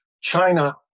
China